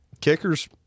kickers